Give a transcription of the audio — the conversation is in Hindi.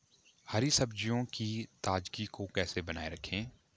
हरी सब्जियों की ताजगी को कैसे बनाये रखें?